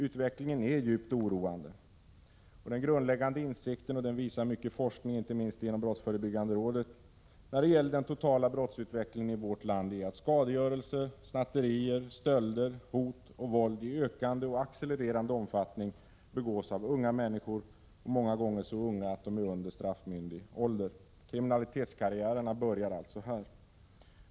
Utvecklingen är djupt oroande, och den huvudsakliga insikten — detta visar grundläggande forskning inte minst inom Brottsförebyggande rådet — beträffande den totala brottsutvecklingen i vårt land är att bakom skadegörelse, snatterier, stölder, hot och våld står i ökande och accelererande omfattning unga människor — många gånger så unga att de är under straffmyndig ålder. Kriminalitetskarriärerna börjar alltså här.